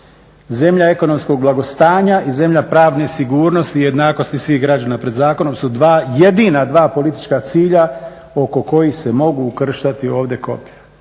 zemlja ekonomskog blagostanja i zemlja pravne sigurnosti i jednakosti svih građana. Pred zakonom su dva jedina dva politička cilja oko kojih se mogu ukrštati ovdje koplja.